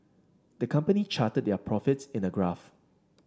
the company charted their profits in a graph